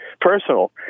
personal